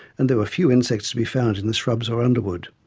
and there were few insects to be found in the shrubs or underwood.